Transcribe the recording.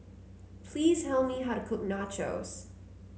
please tell me how to cook nachos